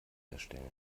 erstellen